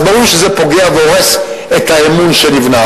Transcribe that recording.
אז ברור שזה פוגע והורס את האמון שנבנה.